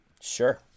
Sure